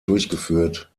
durchgeführt